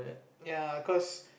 ya cause